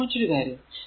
ഇനി മറ്റൊരു കാര്യം